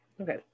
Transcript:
Okay